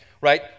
right